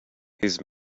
his